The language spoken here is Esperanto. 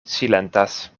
silentas